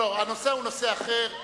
הנושא הוא נושא אחר.